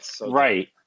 Right